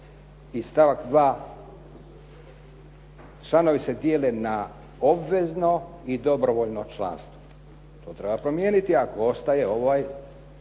I stavak 2. članovi se dijele na obvezno i dobrovoljno članstvo. To treba promijeniti ako ostaje ovaj